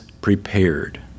prepared